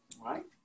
right